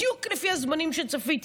בדיוק לפי הזמנים שצפיתי,